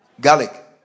Garlic